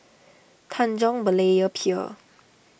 Tanjong Berlayer Pier